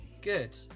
Good